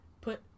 put